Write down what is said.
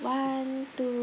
one two~